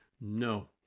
No